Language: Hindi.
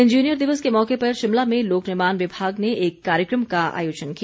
इंजीनियर दिवस के मौके पर शिमला में लोक निर्माण विभाग ने एक कार्यक्रम का आयोजन किया